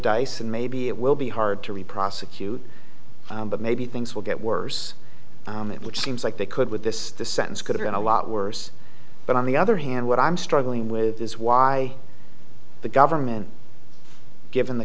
dice and maybe it will be hard to reprosecute but maybe things will get worse which seems like they could with this the sentence could have been a lot worse but on the other hand what i'm struggling with is why the government given the